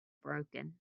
broken